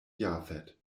jafet